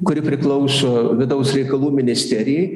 kuri priklauso vidaus reikalų ministerijai